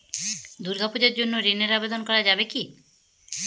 দুর্গাপূজার জন্য ঋণের আবেদন করা যাবে কি?